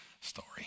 story